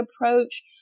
approach